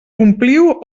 ompliu